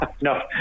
No